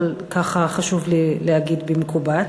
אבל ככה חשוב לי להגיד במקובץ.